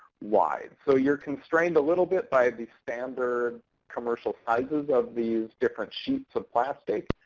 wide. so you're constrained a little bit by the standard commercial sizes of these different sheets of plastic.